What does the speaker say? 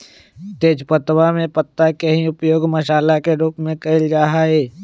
तेजपत्तवा में पत्ता के ही उपयोग मसाला के रूप में कइल जा हई